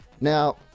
now